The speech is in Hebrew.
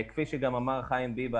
כפי שגם אמר ביבס,